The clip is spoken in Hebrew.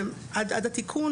עד התיקון,